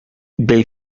they